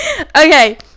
okay